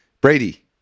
Brady